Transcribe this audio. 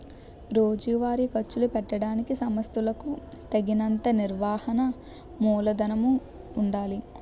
రోజువారీ ఖర్చులు పెట్టడానికి సంస్థలకులకు తగినంత నిర్వహణ మూలధనము ఉండాలి